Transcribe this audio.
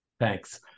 Thanks